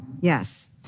yes